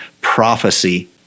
prophecy